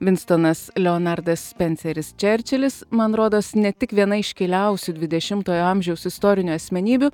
vinstonas leonardas spenceris čerčilis man rodos ne tik viena iškiliausių dvidešimtojo amžiaus istorinių asmenybių